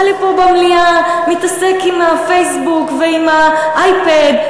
בא לפה למליאה, מתעסק עם הפייסבוק ועם האייפד.